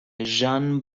ژان